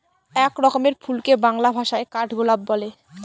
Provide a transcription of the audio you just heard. এক রকমের ফুলকে বাংলা ভাষায় কাঠগোলাপ বলে